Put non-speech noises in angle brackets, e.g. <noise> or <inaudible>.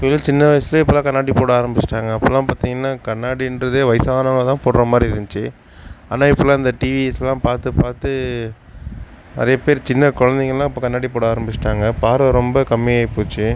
<unintelligible> சின்ன வயசுலேயே இப்போ எல்லாம் கண்ணாடி போட ஆராம்பிச்சுட்டாங்க அப்போலாம் பார்த்திங்கனா கண்ணாடின்றதே வயசானவங்க தான் போடுற மாதிரி இருந்துச்சு ஆனால் இப்போலாம் இந்த டிவிஸ்லாம் பார்த்து பார்த்து நிறையா பேர் சின்ன குழந்தைங்கள்லாம் இப்போ கண்ணாடி போட ஆராம்பிச்சுட்டாங்க பார்வை ரொம்ப கம்மியாகி போச்சு